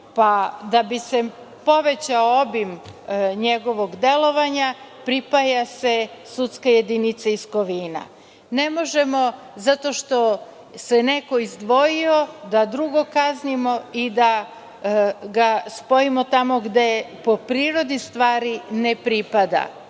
pa da bi se povećao obim njegovog delovanja pripaja se sudska jedinica iz Kovina. Ne možemo zato što se neko izdvojio da kaznimo drugog i da ga spojimo tamo gde po prirodi stvari ne pripada. Ako